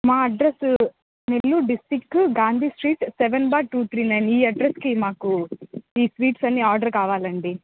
మా address Nellore district Gandhi street seven bar two three nine ఈ అడ్రస్కి మాకు ఈ స్వీట్స్ అన్నీ ఆర్డర్ కావాలండి